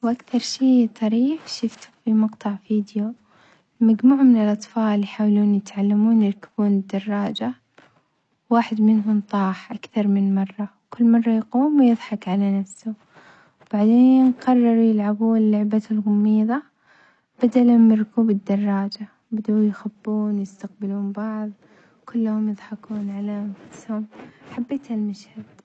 وأكثر شي طريف شفته في مقطع فيديو مجموعة من الأطفال يحاولون يتعلمون يركبون دراجة، واحد منهم طاح أكثر من مرة، كل مرة يقوم ويظحك على نفسه وبعدين قرروا يلعبون لعبة الغميظة بدلًا من ركوب الدراجة، بدأوا يخبون ويستقبلون بعظ، كلهم يظحكون عللى نفسهم، حبيت هالمشهد.